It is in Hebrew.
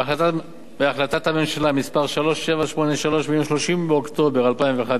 בהחלטת הממשלה מס' 3783 מיום 30 באוקטובר 2011,